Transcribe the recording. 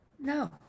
No